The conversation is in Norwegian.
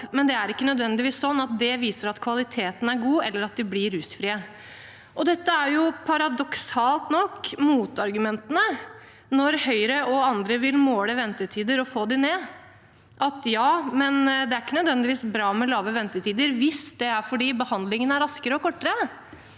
men det viser ikke nødvendigvis at kvaliteten er god, eller at de blir rusfrie. Dette er paradoksalt nok motargumentene når Høyre og andre vil måle ventetider og få dem ned: Ja, men det er ikke nødvendigvis bra med korte ventetider hvis det skyldes at behandlingen er raskere og kortere.